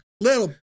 little